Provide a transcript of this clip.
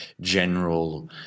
general